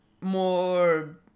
more